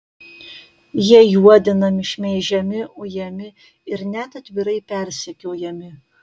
jie juodinami šmeižiami ujami ir net atvirai persekiojami